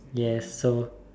yes so